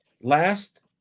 last